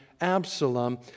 Absalom